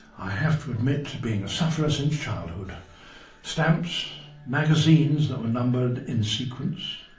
i have to admit to being a sufferer since childhood stamps, magazines that were numbered in sequence,